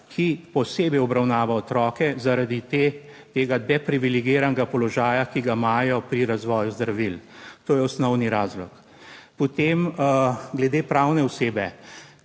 ki posebej obravnava otroke zaradi tega deprivilegiranega položaja, ki ga imajo pri razvoju zdravil. To je osnovni razlog. Potem glede pravne osebe.